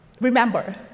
Remember